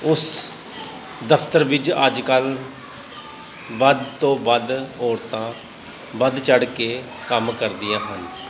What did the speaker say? ਉਸ ਦਫਤਰ ਵਿੱਚ ਅੱਜ ਕੱਲ੍ਹ ਵੱਧ ਤੋਂ ਵੱਧ ਔਰਤਾਂ ਵੱਧ ਚੜ੍ਹ ਕੇ ਕੰਮ ਕਰਦੀਆਂ ਹਨ